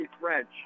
French